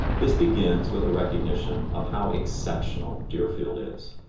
this begins with a recognition of how exceptional deerfield is.